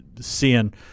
seeing